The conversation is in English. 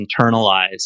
internalized